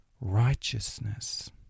righteousness